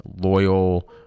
loyal